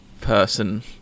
person